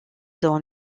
dans